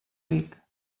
ric